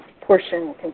portion